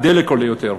הדלק עולה יותר,